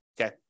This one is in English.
Okay